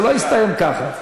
זה לא יסתיים ככה.